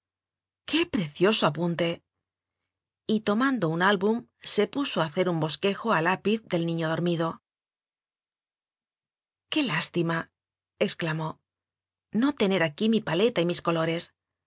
qué precioso apunte y tomando un álbum se puso a hacer un bos quejo a lápiz del niño dormido qué lástimaexclamóno tener aquí mi paleta y mis colores